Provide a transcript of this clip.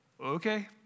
okay